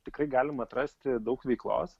tikrai galim atrasti daug veiklos